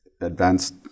advanced